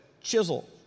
chisel